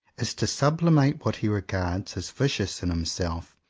is to sublimate what he regards as vicious in himself,